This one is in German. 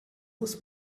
muss